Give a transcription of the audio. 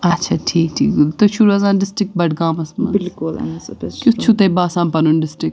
اَچَھا ٹھیٖک ٹھیٖک تُہۍ چھو روزان ڈِسٹرک بَڈگامَس منٛز کِیُتھ چھو تۄہہِ باسان پَنُن ڈِسٹرک